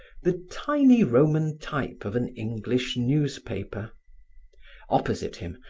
the tiny roman type of an english newspaper opposite him,